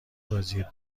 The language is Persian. بازی